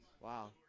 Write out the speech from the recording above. Wow